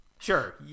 Sure